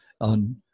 on